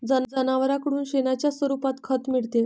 जनावरांकडून शेणाच्या स्वरूपात खत मिळते